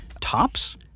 Tops